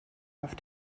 auf